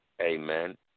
Amen